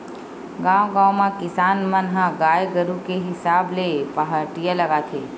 गाँव गाँव म किसान मन ह गाय गरु के हिसाब ले पहाटिया लगाथे